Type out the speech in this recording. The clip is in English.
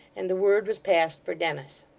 and the word was passed for dennis.